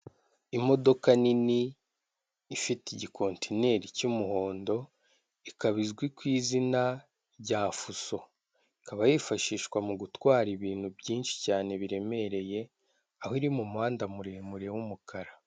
Imodoka nini ifite igikontineri cy'umuhondo ikaba izwi ku izina rya fuso ikaba yifashishwa mu gutwara ibintu byinshi cyane biremereye aho iri mu muhanda muremure w'umukara.